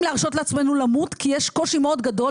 להרשות לעצמנו למות כי יש קושי מאוד גדול,